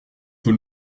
tout